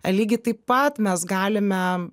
lygiai taip pat mes galime